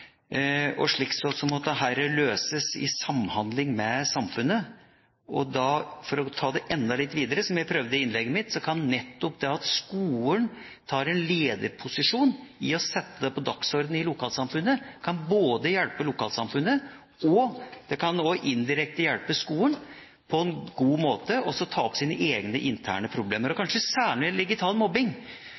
løses i samhandling med samfunnet. For å ta det enda litt videre, som jeg prøvde i innlegget mitt, kan nettopp det at skolen tar en lederposisjon ved å sette det på dagsordenen i lokalsamfunnet, hjelpe lokalsamfunnet, og det kan også indirekte hjelpe skolen på en god måte med å ta opp sine egne interne problemer,